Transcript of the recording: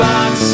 Box